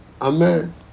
Amen